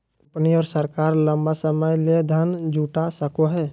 company और सरकार लंबा समय ले धन जुटा सको हइ